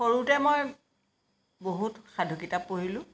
সৰুতে মই বহুত সাধু কিতাপ পঢ়িলোঁ